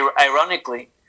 Ironically